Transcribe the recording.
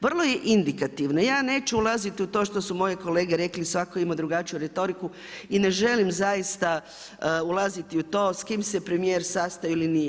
Vrlo je indikativno, ja neću ulaziti u to što su moje kolege rekli svako je imao drugačiju retoriku i ne želim zaista ulaziti u to s kim se premijer sastao ili nije.